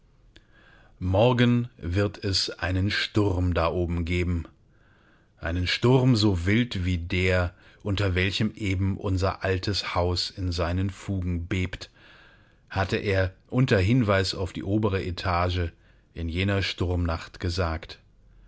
morgen wird es einen sturm da oben geben einen sturm so wild wie der unter welchem eben unser altes haus in seinen fugen bebt hatte er unter hinweis auf die obere etage in jener sturmnacht gesagt